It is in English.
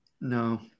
No